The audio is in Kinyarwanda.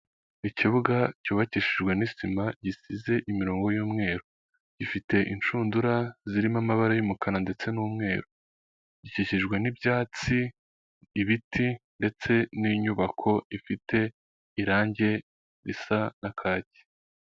Ikibuga cyubakishijwe sima gisize imirongo y'umweru gifite inshundura zirimo amabara y'umukara ndetse n'umweru gikikijwe n'ibyatsi ,ibiti ndetse n'inyubako ifite irangi risa n'akacyi.